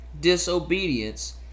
disobedience